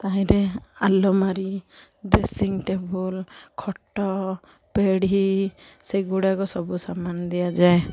ତାହିଁରେ ଆଲମିରା dressing table ଖଟ ପେଢ଼ି ସେଗୁଡ଼ାକ ସବୁ ସାମାନ ଦିଆଯାଏ